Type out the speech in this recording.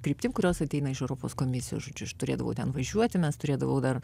kryptim kurios ateina iš europos komisijos žodžiu aš turėdavau ten važiuoti mes turėdavau dar